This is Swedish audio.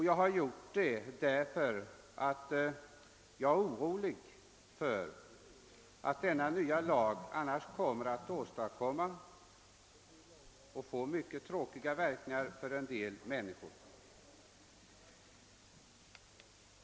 Jag har gjort det därför att jag är rädd för att denna nya lag annars kommer att få mycket tråkiga verkningar för en del människor.